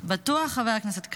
לא ביקשתי שיקצרו אותך.